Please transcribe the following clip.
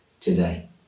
today